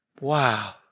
Wow